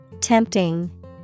Tempting